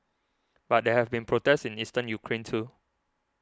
but there have been protests in Eastern Ukraine too